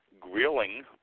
grilling